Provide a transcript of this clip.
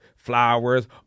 flowers